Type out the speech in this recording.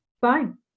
Fine